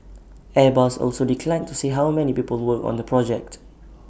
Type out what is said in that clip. airbus also declined to say how many people work on the project